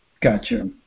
Gotcha